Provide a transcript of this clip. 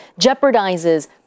jeopardizes